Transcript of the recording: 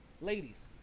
ladies